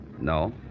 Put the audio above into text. No